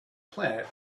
planet